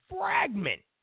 fragment